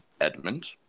Edmund